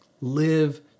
Live